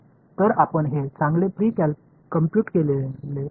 तर आपण हे चांगले प्री कंप्यूट केले पाहिजे